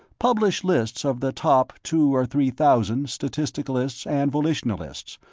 publish lists of the top two or three thousand statisticalists and volitionalists,